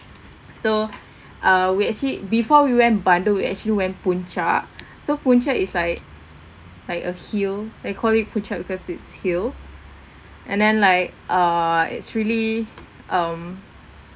so uh we actually before we went bandung we actually went puncak so puncak is like like a hill they call it puncak because it's hill and then like uh it's really um